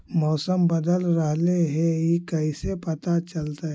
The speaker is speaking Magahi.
मौसम बदल रहले हे इ कैसे पता चलतै?